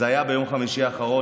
זה היה ביום חמישי האחרון.